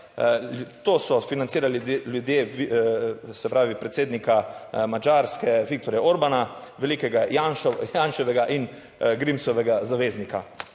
to so financirali ljudje, se pravi, predsednika Madžarske Viktorja Orbana, velikega Janše, Janševega in Grimsovega zaveznika.